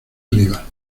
arriba